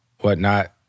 whatnot